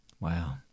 Wow